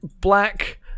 black